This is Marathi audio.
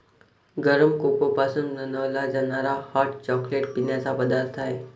गरम कोको पासून बनवला जाणारा हॉट चॉकलेट पिण्याचा पदार्थ आहे